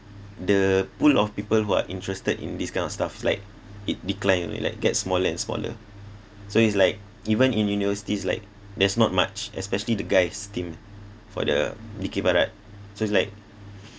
the pool of people who are interested in this kind of stuff like it decline like gets smaller and smaller so it's like even in universities like there's not much especially the guys team for the dikir barat so it's like